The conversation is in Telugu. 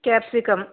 క్యాప్సికం